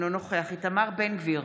אינו נוכח איתמר בן גביר,